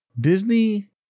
Disney